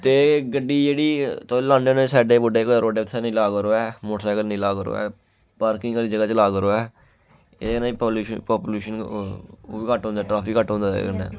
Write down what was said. ते गड्डी जेह्ड़ी तुस लान्ने होन्ने साडे सूडे कदें रोडे उत्थै नेईंं ला करो ऐ मोटरसैकल नेईं ला करो पार्किंग आह्ली जगह् च ला करो ऐं एह्दे कन्नै प्लूशन पापलूशन ओह् बी घट्ट होंदा ट्रैफिक घट्ट होंदा एह्दे कन्नै